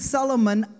Solomon